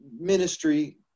ministry